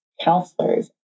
counselors